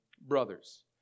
Brothers